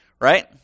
right